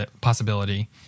possibility